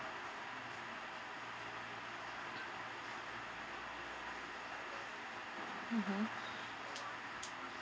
mmhmm